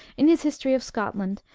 in his history of scotland,